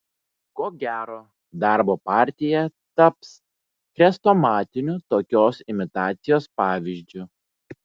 ko gero darbo partija taps chrestomatiniu tokios imitacijos pavyzdžiu